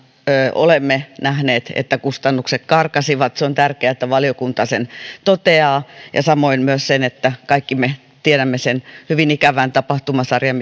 olemme nähneet että kustannukset karkasivat se on tärkeää että valiokunta sen toteaa ja samoin myös sen että kaikki me tiedämme sen hyvin ikävän tapahtumasarjan